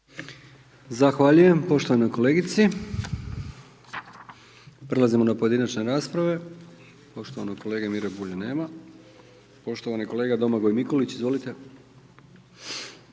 Zahvaljujem poštovanoj kolegici. Prelazimo na pojedinačne rasprave. Poštovanog kolege Mire Bulja nema. Poštovani kolega Domagoj Mikulić, izvolite.